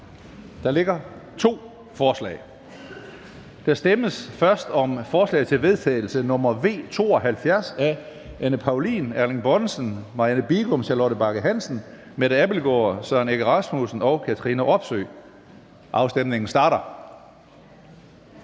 foreligger to forslag. Der stemmes først om forslag til vedtagelse nr. V 72 af Anne Paulin (S), Erling Bonnesen (V), Marianne Bigum (SF), Charlotte Bagge Hansen (M), Mette Abildgaard (KF), Søren Egge Rasmussen (EL) og Katrine Robsøe (RV). Afstemningen starter.